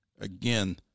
Again